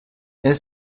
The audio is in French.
est